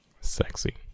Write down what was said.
Sexy